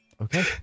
Okay